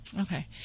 Okay